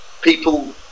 people